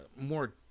more